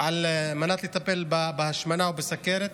על מנת לטפל בהשמנה ובסוכרת.